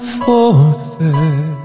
forfeit